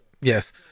Yes